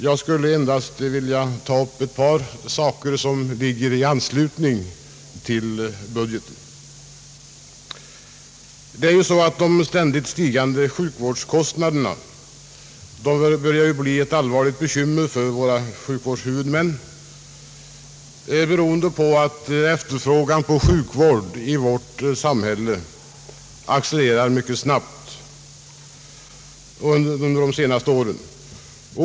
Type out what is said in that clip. Jag skulle endast vilja ta upp ett par saker som ligger i anslutning till budgeten. De ständigt stigande sjukvårdskostnaderna börjar ju bli ett allvarligt bekymmer för sjukvårdshuvudmännen, beroende på att efterfrågan på sjukvård i vårt samhälle accelererat mycket snabbt under de senaste åren.